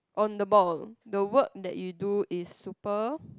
on the ball the work that you do is super